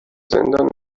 زندان